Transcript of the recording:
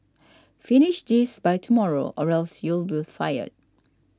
finish this by tomorrow or else you'll be fired